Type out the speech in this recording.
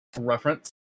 reference